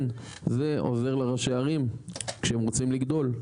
זה עוזר לראשי הערים כשהם רוצים לגדול.